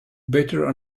better